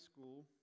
school